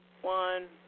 one